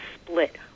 split